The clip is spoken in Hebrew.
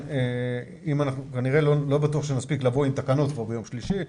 אני לא בטוח שנספיק לבוא עם תקנות ביום שלישי,